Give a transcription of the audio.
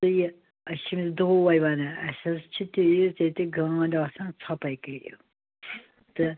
تہِ یہِ أسۍ چھِ أمس دُہے ونان اسہِ حظ چھِ تیٖژۍ ییٚتہِ گانٛد آسان ژھوٚپے کٔرِو تہٕ